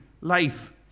life